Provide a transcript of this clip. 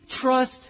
trust